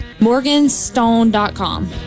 Morganstone.com